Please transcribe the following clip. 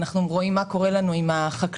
אנחנו רואים מה קורה לנו עם החקלאות.